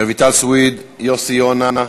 רויטל סויד, יוסי יונה,